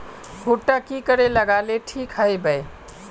भुट्टा की करे लगा ले ठिक है बय?